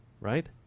Right